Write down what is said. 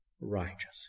righteous